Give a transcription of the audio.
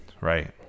right